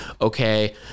Okay